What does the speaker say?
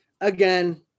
again